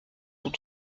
sont